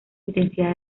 intensidad